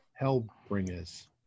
Hellbringers